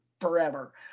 forever